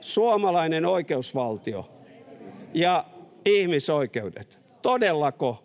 suomalainen oikeusvaltio ja ihmisoikeudet? Todellako?